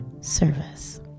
service